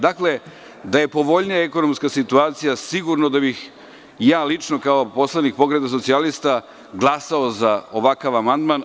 Da je povoljnija ekonomska situacija, sigurno da bih i ja lično kao poslanik Pokreta socijalista glasao za ovakav amandman.